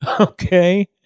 okay